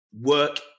work